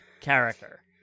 character